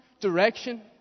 direction